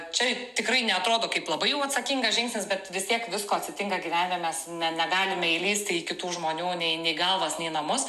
čia tikrai neatrodo kaip labai jau atsakingas žingsnis bet vis tiek visko atsitinka gyvenime mes ne negalime įlįsti į kitų žmonių nei nei galvas nei namus